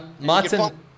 Martin